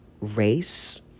race